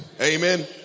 Amen